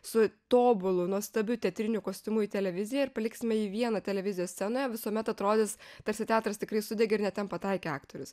su tobulu nuostabiu teatriniu kostiumu į televiziją ir paliksime jį vieną televizijos scenoje visuomet atrodys tarsi teatras tikrai sudegė ir ne ten pataikė aktorius